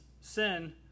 sin